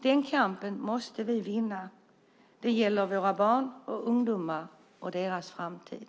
Den kampen måste vi vinna - det gäller våra barn och ungdomar och deras framtid!